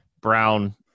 Brown